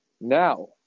Now